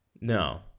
No